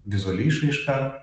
vizuali išraiška